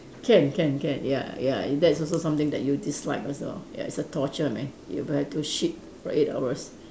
can can can ya ya if that's also something that you dislike also ya it's a torture man you have to shit for eight hours